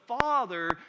father